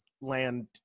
land